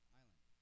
island